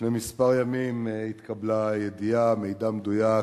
לפני כמה ימים התקבלה ידיעה, מידע מדויק,